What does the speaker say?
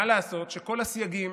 ומה לעשות שכל הסייגים,